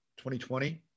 2020